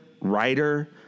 writer